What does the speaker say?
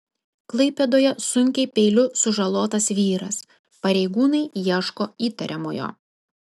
klaipėdoje sunkiai peiliu sužalotas vyras pareigūnai ieško įtariamojo